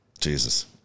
Jesus